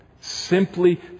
simply